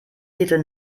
viertel